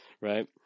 Right